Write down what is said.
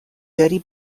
داری